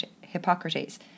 Hippocrates